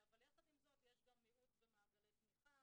אבל יחד עם זאת יש גם מיעוט במעגלי תמיכה.